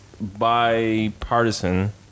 bipartisan